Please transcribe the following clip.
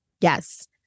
Yes